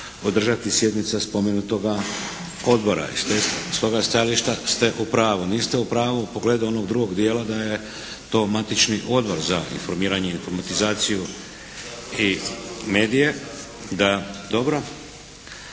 održati sjednica spomenutoga odbora i s toga stajališta ste u pravu. Niste u pravu u pogledu onog drugog dijela da je to matični odbor za informiranje, informatizaciju i medije. Da, dobro.